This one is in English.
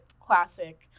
classic